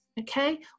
okay